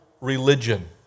religion